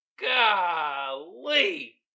Golly